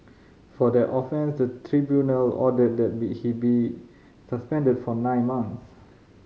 for that offence the tribunal ordered that be he be suspended for nine months